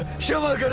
shiva.